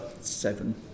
seven